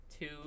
two